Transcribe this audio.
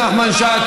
חבר הכנסת נחמן שי,